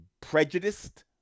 prejudiced